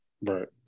right